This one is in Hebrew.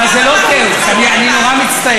אבל זה לא כאוס, אני נורא מצטער.